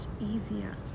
easier